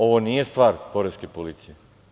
Ovo nije stvar poreske policije.